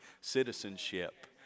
citizenship